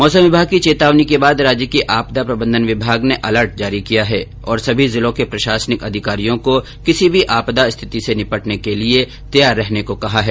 मौसम विभाग की चेतावनी के बाद राज्य के आपदा प्रबंधन विभाग ने एलर्ट जारी किया है और सभी जिलों के प्रशासनिक अधिकारियों को किसी भी आपदा की स्थिति से निपटने के लिए तैयार रहने को कहा है